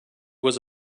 was